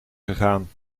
gegaan